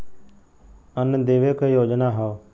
अन्न देवे क योजना हव